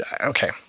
okay